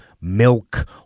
milk